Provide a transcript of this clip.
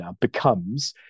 becomes